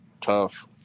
tough